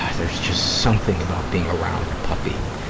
ah there's just something about being around a puppy.